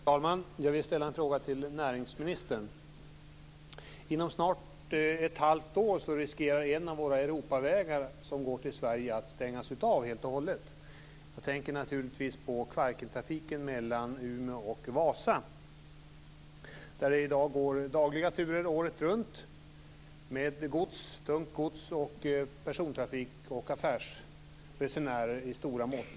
Fru talman! Jag vill ställa en fråga till näringsministern. Inom snart ett halvt år riskerar en av våra europavägar som går till Sverige att stängas av helt och hållet. Jag tänker naturligtvis på Kvarkentrafiken mellan Umeå och Vasa. Där går i dag dagliga turer året runt med tungt gods, persontrafik och affärsresenärer i stora mått.